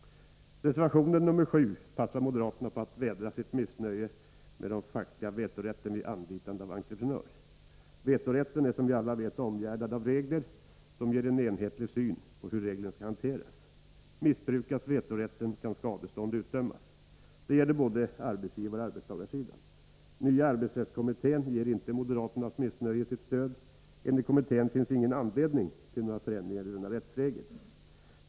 I reservation 7 passar moderaterna på att vädra sitt missnöje med den fackliga vetorätten vid anlitande av entreprenör. Vetorätten är, som vi alla vet, omgärdad av regler som ger en enhetlig syn på hur reglerna skall hanteras. Missbrukas vetorätten kan skadestånd utdömas. Det gäller både arbetsgivaroch arbetstagarsidan. Nya arbetsrättskommittén ger inte moderaternas missnöje sitt stöd. Enligt kommittén finns det ingen anledning att vidta några förändringar av denna rättsregel.